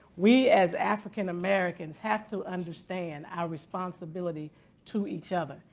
we as african-americans have to understand our responsibility to each other.